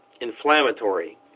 inflammatory